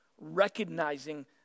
recognizing